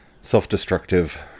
self-destructive